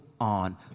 on